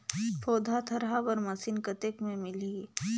पौधा थरहा बर मशीन कतेक मे मिलही?